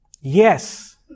Yes